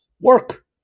work